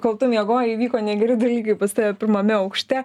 kol tu miegojai įvyko negeri dalykai pas tave pirmame aukšte